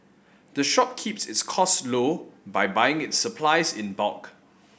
the shop keeps its costs low by buying its supplies in bulk